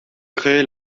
créer